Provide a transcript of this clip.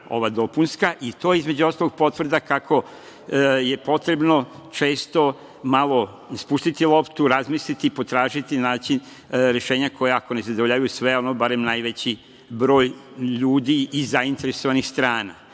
ova dopunska rešenja dobra. Između ostalog, to je potvrda kako je potrebno često malo spustiti loptu, razmisliti, potražiti, naći rešenja koja ako ne zadovoljavaju sve, ali barem najveći broj ljudi i zainteresovanih strana.